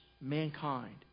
mankind